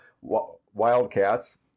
Wildcats